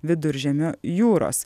viduržemio jūros